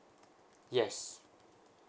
yes